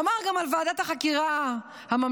אמר גם על ועדת החקירה הממלכתית: